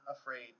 afraid